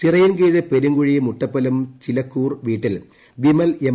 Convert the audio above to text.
ചിറയിൻകീഴ് പെരുങ്ങുഴി മുട്ടപ്പലം ചിലക്കൂർ വീട്ടിൽ വിമൽ എം